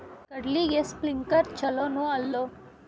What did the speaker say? ಕಡ್ಲಿಗೆ ಸ್ಪ್ರಿಂಕ್ಲರ್ ಛಲೋನೋ ಅಲ್ವೋ?